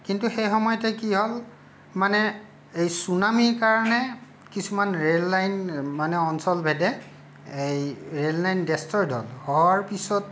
কিন্তু সেই সময়তে কি হ'ল মানে এই চুনামিৰ কাৰণে কিছুমান ৰেল লাইন মানে অঞ্চলভেদে এই ৰেল লাইন ডেষ্ট্ৰইড হ'ল হোৱাৰ পিছত